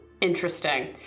interesting